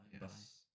Yes